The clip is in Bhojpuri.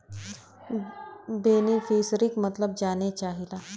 बेनिफिसरीक मतलब जाने चाहीला?